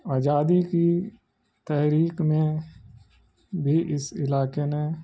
آجادی کی تحریک میں بھی اس علاقے نے